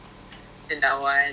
ya bukan